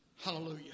hallelujah